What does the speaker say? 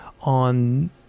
on